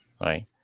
right